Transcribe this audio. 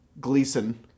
Gleason